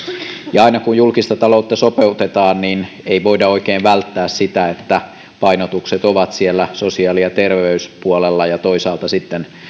ja aina kun julkista taloutta sopeutetaan niin ei voida oikein välttää sitä että painatukset ovat sosiaali ja terveyspuolella ja toisaalta sitten